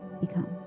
become